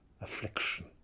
affliction